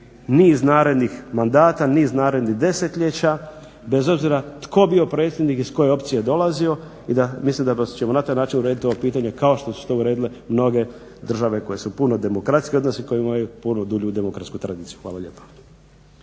niz narednih mandata, niz narednih desetljeća bez obzira tko bio predsjednik, iz koje opcije dolazio i da mislim da ćemo na ovaj način uredit ova pitanja kao što su to uredile mnoge države koje su puno demokratskije od nas i koje imaju puno dulju demokratsku tradiciju. Hvala lijepa.